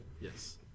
Yes